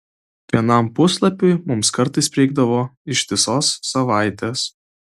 vienam puslapiui mums kartais prireikdavo ištisos savaitės